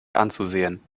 anzusehen